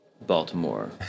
Baltimore